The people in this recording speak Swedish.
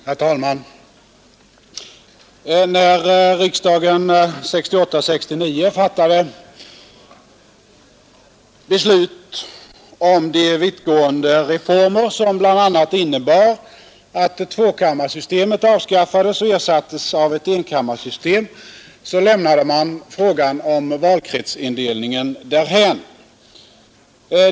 Herr talman! När riksdagen 1968 och 1969 fattade beslut om de vittgående reformer som bl.a. innebar att tvåkammarsystemet avskaffades och ersattes av ett enkammarsystem lämnade man frågan om valkretsindelningen därhän.